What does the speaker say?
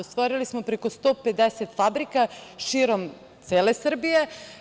Otvorili smo preko 150 fabrika širom cele Srbije.